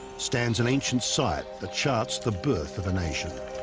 stands an ancient site that charts the birth of a nation.